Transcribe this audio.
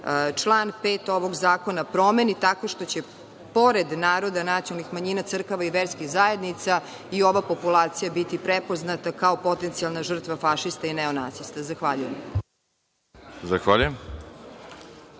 član 5. ovog zakona promeni tako što će pored narodan nacionalnih manjina, crkava i verskih zajednica i ova populacija biti prepoznata kao potencijalna žrtva fašista i neonacista. Zahvaljujem.